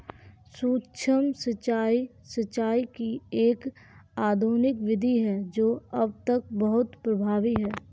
सूक्ष्म सिंचाई, सिंचाई की एक आधुनिक विधि है जो अब तक बहुत प्रभावी है